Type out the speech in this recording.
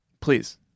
Please